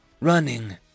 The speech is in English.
running